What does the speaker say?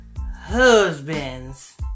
husband's